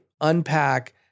unpack